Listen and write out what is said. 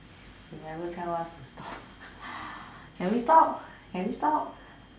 they never tell us to stop can we stop can we stop